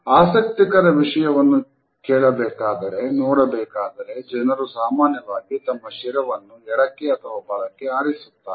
ಆಸಕ್ತಿಕರ ವಿಷಯವನ್ನು ಕೇಳಬೇಕಾದರೆ ನೋಡಬೇಕಾದರೆ ಜನರು ಸಾಮಾನ್ಯವಾಗಿ ತಮ್ಮ ಶಿರವನ್ನು ಎಡಕ್ಕೆ ಅಥವಾ ಬಲಕ್ಕೆ ಆಡಿಸುತ್ತಾರೆ